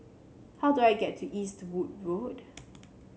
how do I get to Eastwood Road